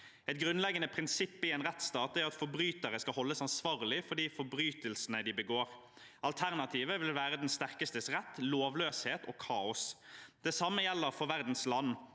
Et grunnleggende prinsipp i en rettsstat er at forbrytere skal holdes ansvarlige for de forbrytelsene de begår. Alternativet ville være den sterkestes rett, lovløshet og kaos. Det samme gjelder for verdens land.